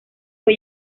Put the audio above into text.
fue